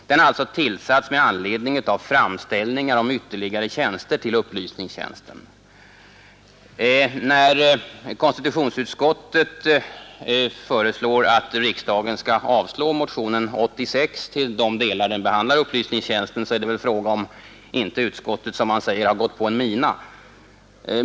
Den har tillsatts med anledning av framställningar om ytterligare tjänster hos upplysningstjänsten. När konstitutionsutskottet föreslår att riksdagen skall avslå motionen 86 i de delar där den behandlar upplysningstjänsten, är det väl frågan om utskottet inte, som man säger, gått på en mina.